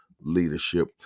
leadership